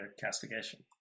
castigation